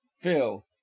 Phil